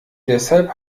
deshalb